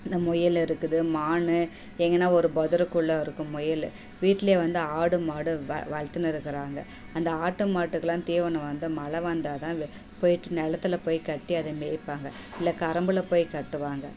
இந்த முயலிருக்குது மான் எங்கேனா ஒரு புதருக்குள்ள இருக்கும் முயல் வீட்டில் வந்து ஆடு மாடு வளத்துனுருக்குறாங்க அந்த ஆட்டு மாட்டுக்குலாம் தீவனம் வந்து மழை வந்தால் தான் போய்ட்டு நிலத்துல போய் கட்டி அதை மேய்ப்பாங்க இல்லை கரம்புள போய் கட்டுவாங்க